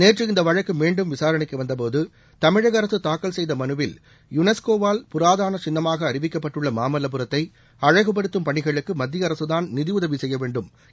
நேற்று இந்த வழக்கு மீண்டும் விசாரணைக்கு வந்தபோது தமிழக அரசு தாக்கல் செய்த மனுவில் யுனெஸ்கோவால் புராதன சின்னமாக அறிவிக்கப்பட்டுள்ள மாமல்லபுரத்தை அழகுபடுத்தும் பணிகளுக்கு மத்திய அரசுதான் நிதியுதவி செய்ய வேண்டும் என்று தெரிவிக்கப்பட்டது